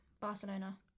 Barcelona